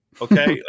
okay